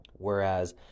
Whereas